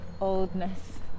oldness